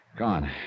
gone